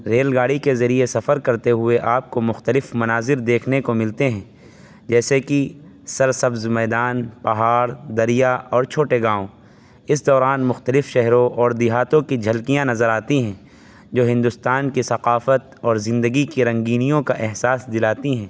rail گاڑی کے ذریعہ سفر کرتے ہوئے آپ کو مختلف مناظر دیکھنے کو ملتے ہیں جیسے کہ سرسبز میدان پہاڑ دریا اور چھوٹے گاؤں اس دوران مختلف شہروں اور دیہاتوں کی جھلکیاں نظر آتی ہیں جو ہندوستان کی ثقافت اور زندگی کی رنگینیوں کا احساس دلاتی ہیں